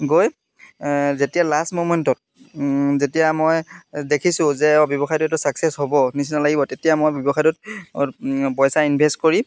গৈ যেতিয়া লাষ্ট ম'মেণ্টত যেতিয়া মই দেখিছোঁ যে ব্যৱসায়টো এইটো ছাকচেছ হ'ব নিচিনা লাগিব তেতিয়া মই ব্যৱসায়টোত পইচা ইনভেষ্ট কৰি